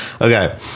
Okay